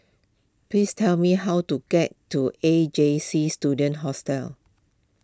please tell me how to get to A J C Student Hostel